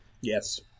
Yes